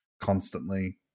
constantly